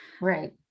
Right